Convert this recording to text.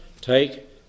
take